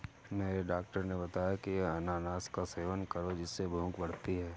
मेरे डॉक्टर ने बताया की अनानास का सेवन करो जिससे भूख बढ़ती है